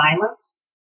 violence